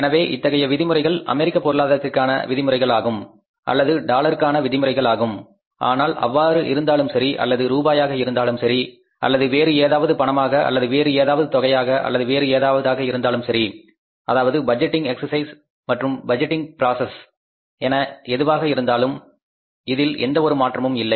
எனவே இத்தகைய விதிமுறைகள் அமெரிக்க பொருளாதாரத்திற்கான விதிமுறைகள் ஆகும் அல்லது டாலருக்கான விதிகள் ஆகும் ஆனால் அவ்வாறு இருந்தாலும் சரி அல்லது ரூபாயாக இருந்தாலும் சரி அல்லது வேறு ஏதாவது பணமாக அல்லது வேறு ஏதாவது தொகையாக அல்லது வேறு ஏதாவது ஆக இருந்தாலும் சரி அதாவது பட்ஜெட்டிங் எக்ஸெர்சிஸ் மற்றும் பட்ஜெட்டிங் ப்ராசஸ் என எதுவாக இருந்தாலும் இதில் எந்த ஒரு மாற்றமும் இல்லை